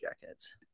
Jackets